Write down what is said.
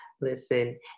Listen